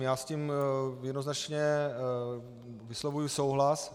Já s tím jednoznačně vyslovuji souhlas.